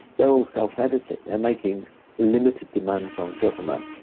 they're all self-editing. they're making limited demands on government,